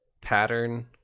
Pattern